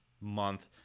month